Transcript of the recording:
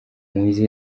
muhizi